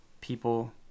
people